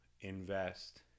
invest